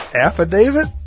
affidavit